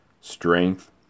Strength